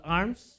arms